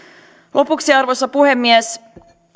lopuksi arvoisa puhemies